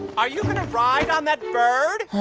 are you going to ride on that bird?